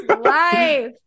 life